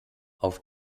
auf